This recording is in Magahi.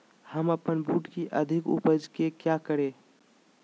हम अपन बूट की अधिक उपज के क्या करे?